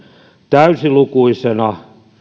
täysilukuisena